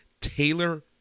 Taylor